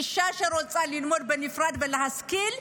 אישה שרוצה ללמוד בנפרד ולהשכיל,